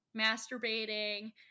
masturbating